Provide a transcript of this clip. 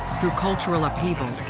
through cultural upheavals,